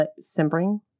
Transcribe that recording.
simpering